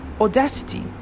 audacity